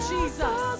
Jesus